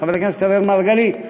חבר הכנסת אראל מרגלית,